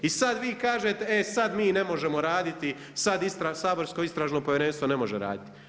I sada vi kažete e sad mi ne možemo raditi, sada saborsko Istražno povjerenstvo ne može raditi.